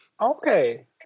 okay